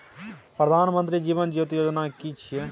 प्रधानमंत्री जीवन ज्योति बीमा योजना कि छिए?